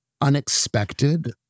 unexpected